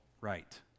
right